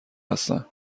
هستن